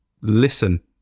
listen